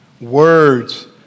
words